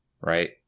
right